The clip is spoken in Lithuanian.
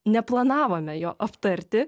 neplanavome jo aptarti